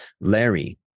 larry